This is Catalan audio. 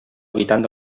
habitant